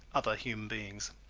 other human beings.